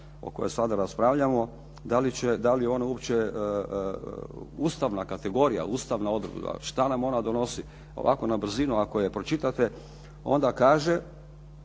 o kojoj sada raspravljamo, da li je ona uopće ustavna kategorija, ustavna odredba, što nam ona donosi. Ovako na brzinu ako je pročitate, onda kaže,